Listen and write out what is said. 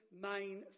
main